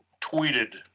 tweeted